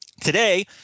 today